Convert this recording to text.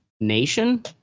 nation